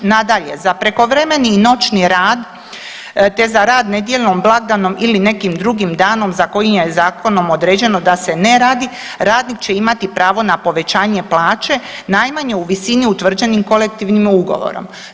Nadalje, za prekovremeni i noćni rad te za rad nedjeljom, blagdanom ili nekim drugim danom za koji je zakonom određeno da se ne radi radnik će imati pravo na povećanje plaće najmanje u visini utvrđenim kolektivnim ugovorom.